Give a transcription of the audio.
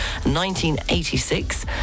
1986